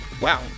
Wow